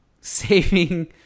saving